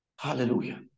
Hallelujah